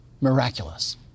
miraculous